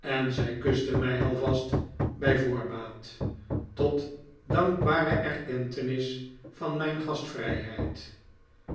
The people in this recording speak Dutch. en zij kuste mij alvast bij voorbaat tot dankbare erkentenis van mijn gastvrijheid